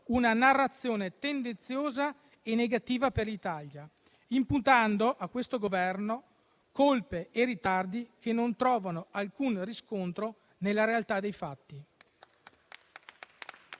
una narrazione tendenziosa e negativa per l'Italia, imputando a questo Governo colpe e ritardi che non trovano alcun riscontro nella realtà dei fatti.